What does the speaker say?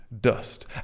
dust